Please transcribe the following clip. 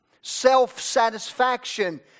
self-satisfaction